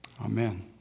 amen